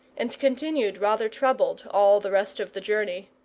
and continued rather troubled all the rest of the journey.